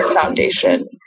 Foundation